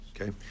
Okay